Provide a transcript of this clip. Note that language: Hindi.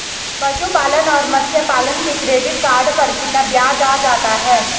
पशुपालन और मत्स्य पालन के क्रेडिट कार्ड पर कितना ब्याज आ जाता है?